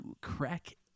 crack